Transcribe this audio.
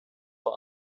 vor